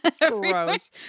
gross